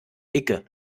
icke